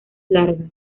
largas